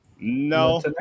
No